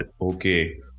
okay